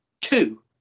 Two